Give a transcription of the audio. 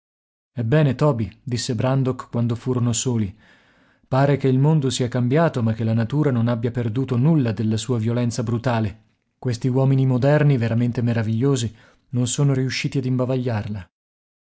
ebbene toby disse brandok quando furono soli pare che il mondo sia cambiato ma che la natura non abbia perduto nulla della sua violenza brutale questi uomini moderni veramente meravigliosi non sono riusciti ad imbavagliarla